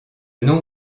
nom